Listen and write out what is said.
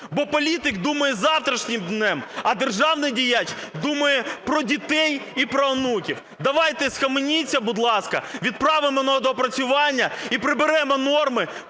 бо політик думає завтрашнім днем, а державний діяч думає про дітей і про онуків. Давайте схаменіться, будь ласка, відправимо на доопрацювання і приберемо норми